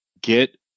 get